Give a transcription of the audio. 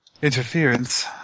Interference